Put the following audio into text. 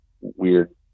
weird